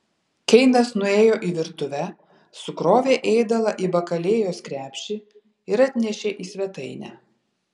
keinas nuėjo į virtuvę sukrovė ėdalą į bakalėjos krepšį ir atnešė į svetainę